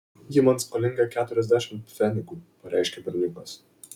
ji man skolinga keturiasdešimt pfenigų pareiškė berniukas